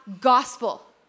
gospel